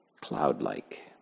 cloud-like